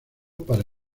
para